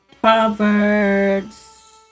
Proverbs